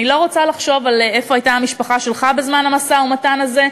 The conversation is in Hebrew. אני לא רוצה לחשוב על איפה הייתה המשפחה שלך בזמן המשא-ומתן הזה,